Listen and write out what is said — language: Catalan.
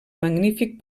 magnífic